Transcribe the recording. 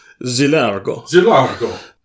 Zilargo